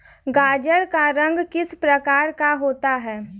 गाजर का रंग किस प्रकार का होता है?